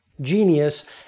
genius